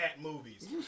movies